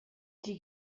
die